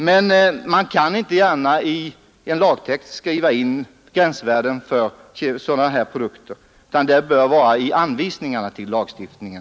Men man kan i en lagtext inte gärna skriva in gränsvärden för sådana produkter; det bör ske i anvisningarna till lagstiftningen.